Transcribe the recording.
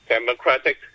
Democratic